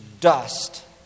dust